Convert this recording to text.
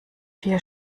vier